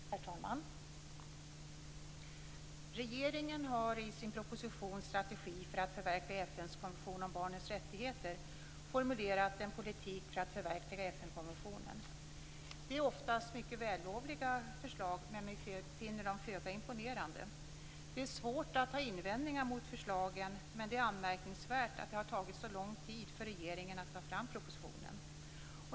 Herr talman! Regeringen har i sin proposition Strategi för att förverkliga FN:s konvention om barnens rättigheter formulerat en politik för att förverkliga FN-konventionen. Den innehåller mestadels mycket vällovliga förslag, men vi finner dem föga imponerande. Det är svårt att ha invändningar mot förslagen, men det är anmärkningsvärt att det har tagit så lång tid för regeringen att ta fram propositionen.